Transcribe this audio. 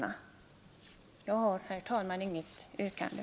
Jag har, herr talman, inget yrkande.